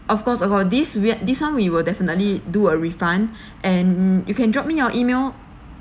of course of all this this one we will definitely do a refund and you can drop me an email